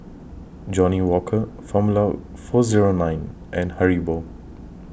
Johnnie Walker Formula four Zero nine and Haribo